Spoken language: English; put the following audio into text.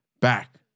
back